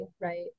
right